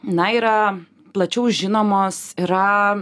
na yra plačiau žinomos yra